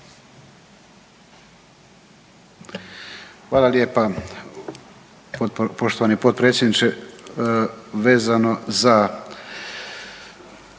Hvala lijepa, poštovani potpredsjedniče. Vezano za